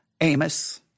Amos